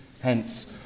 hence